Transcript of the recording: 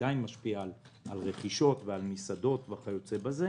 עדיין משפיע על רכישות ועל מסעדות וכיוצא בזה.